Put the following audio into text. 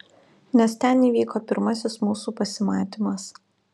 nes ten įvyko pirmasis mūsų pasimatymas